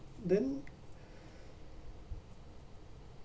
then